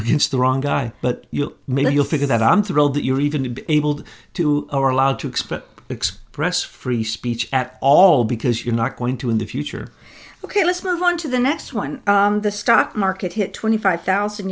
against the wrong guy but you maybe you'll figure that i'm thrilled that you even be able to or allowed to express express free speech at all because you're not going to in the future ok let's move on to the next one the stock market hit twenty five thousand